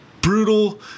brutal